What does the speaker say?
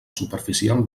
superficial